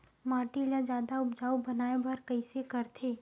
माटी ला जादा उपजाऊ बनाय बर कइसे करथे?